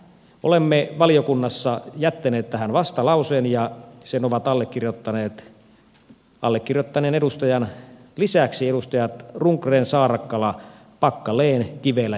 olemme valiokunnassa jättäneet tähän vastalauseen ja sen ovat allekirjoittaneet allekirjoittaneen edustajan lisäksi edustajat rundgren saarakkala packalen kivelä ja kauma